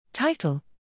Title